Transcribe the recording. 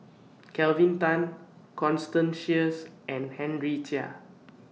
Kelvin Tan Constance Sheares and Henry Chia